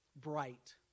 bright